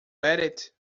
reddit